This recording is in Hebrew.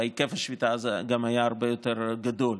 והיקף השביתה אז גם היה הרבה יותר גדול.